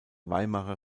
weimarer